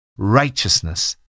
Righteousness